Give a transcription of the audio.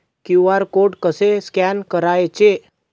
QR code कसे scan करायचे?